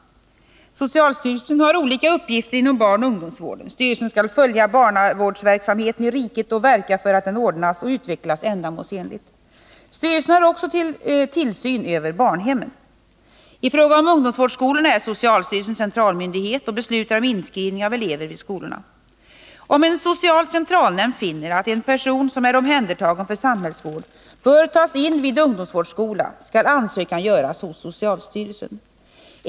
Socialstyrelsen har olika uppgifter inom barnoch ungdomsvården. Styrelsen skall följa barnavårdsverksamheten i riket och verka för att den ordnas och utvecklas ändamålsenligt. Styrelsen har också tillsyn över barnhemmen. I fråga om ungdomsvårdsskolorna är socialstyrelsen centralmyndighet och beslutar om inskrivning av elever vid skolorna. Om en social centralnämnd finner att en person som är omhändertagen för samhällsvård bör tas in vid ungdomsvårdsskola skall ansökan göras hos socialstyrelsen.